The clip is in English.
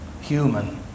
Human